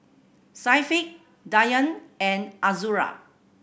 Syafiq Dayang and Azura